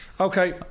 Okay